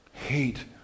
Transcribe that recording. Hate